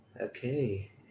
Okay